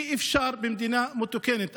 אי-אפשר במדינה מתוקנת.